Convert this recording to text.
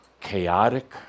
chaotic